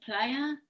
player